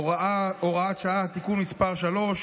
הוראת שעה) (תיקון מס' 3),